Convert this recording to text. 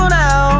now